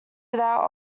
without